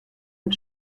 mit